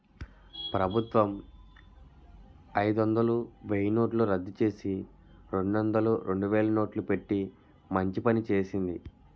ప్రభుత్వం అయిదొందలు, వెయ్యినోట్లు రద్దుచేసి, రెండొందలు, రెండువేలు నోట్లు పెట్టి మంచి పని చేసింది